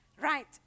Right